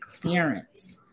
clearance